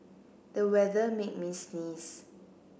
the weather made me sneeze